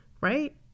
right